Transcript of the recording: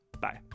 bye